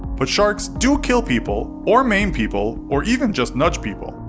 but sharks do kill people, or maim people, or even just nudge people.